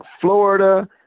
Florida